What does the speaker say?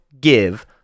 give